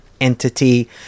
entity